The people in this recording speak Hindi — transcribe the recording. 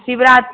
शिवरात